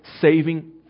saving